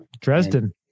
Dresden